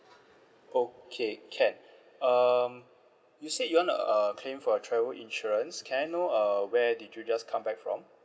okay can um you say you want to uh claim for your travel insurance can I know uh where did you just come back from